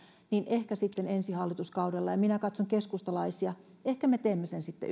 sitten ensi hallituskaudella ja ja minä katson keskustalaisia ehkä me teemme sen sitten